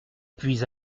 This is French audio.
puis